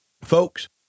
folks